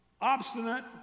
obstinate